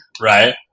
right